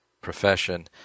profession